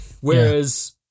Whereas